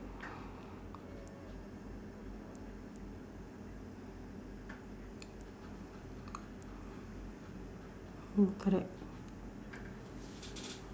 mm correct